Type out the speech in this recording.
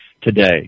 today